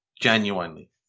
Genuinely